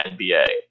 NBA